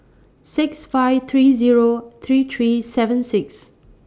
six five three Zero three three seven six